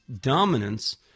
dominance